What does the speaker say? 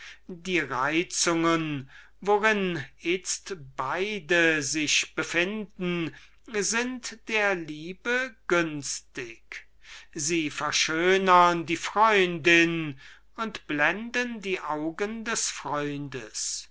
die regungen worin beide sich befinden sind der liebe günstig sie verschönern die freundin und blenden die augen des freundes